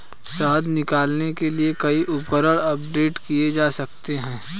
शहद निकालने के लिए कई उपकरण अपग्रेड किए जा सकते हैं